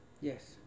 Yes